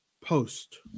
post